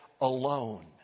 alone